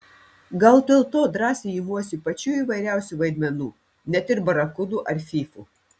gal dėl to drąsiai imuosi pačių įvairiausių vaidmenų net ir barakudų ar fyfų